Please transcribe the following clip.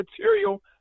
material –